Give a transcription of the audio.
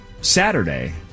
Saturday